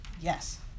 Yes